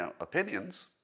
opinions